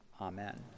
Amen